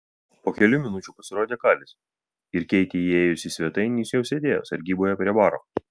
po kelių minučių pasirodė kalis ir keitei įėjus į svetainę jis jau sėdėjo sargyboje prie baro